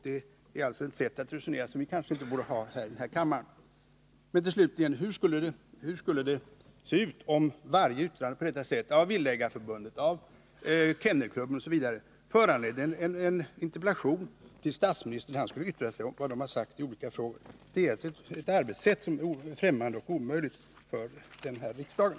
Det är alltså ett sätt att resonera på, men som vi kanske inte borde ha här i kammaren. Slutligen: Hur skulle det se ut om på detta sätt varje yttrande från Villaägareförbundet, Kennelklubben osv. föranledde en interpellation till statsministern med begäran om att han skulle yttra sig om vad de har sagt i olika frågor? Det är alltså ett arbetssätt som är främmande och omöjligt för riksdagen.